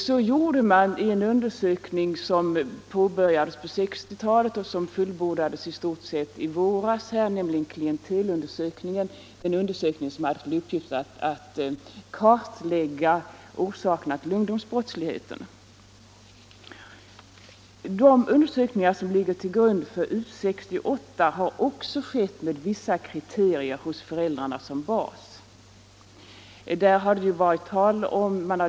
Så gjorde man i en undersökning som påbörjades på 1960-talet och som i stort sett fullbordades i våras, nämligen klientelundersökningen som hade till uppgift att kartlägga orsakerna till ungdomsbrottsligheten. De undersökningar som ligger till grund för U 68 har också skett med vissa kriterier hos 19 ens framtida inriktning föräldrarna som bas.